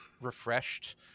refreshed